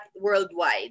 worldwide